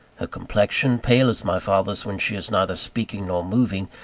her complexion, pale as my father's when she is neither speaking nor moving,